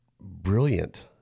brilliant